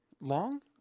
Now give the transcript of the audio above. long